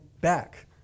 back